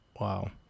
Wow